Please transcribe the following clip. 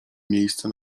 miejsce